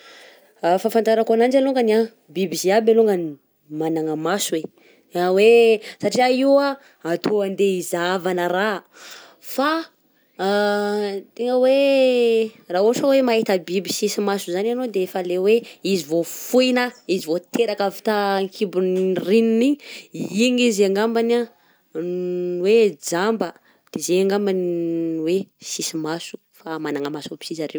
Ah fahafantarako agnanjy alongany a, biby ziaby alongany managna maso e na hoe satria io atao andeha izahavana raha fa tegna hoe raha ohatra hoe mahita biby sisy maso zany anao de efa le hoe izy vao foy na izy vao teraka avy tan-kibon'ny regniny igny igny izy angambany no hoe jamba de zegny angambany ny hoe sisy maso fa managna maso aby sy zareo.